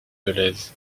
dolez